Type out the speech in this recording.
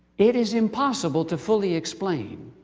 it is impossible to fully explain